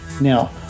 Now